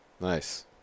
Nice